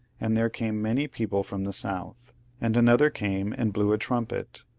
and there came many people from the south and another came and blew a trumpet,